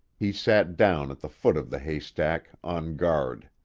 he sat down at the foot of the haystack, on guard.